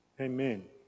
Amen